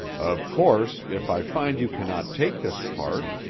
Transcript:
of course, if i find you cannot take this part,